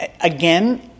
again